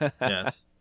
Yes